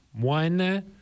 One